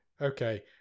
Okay